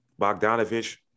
Bogdanovich